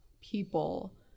people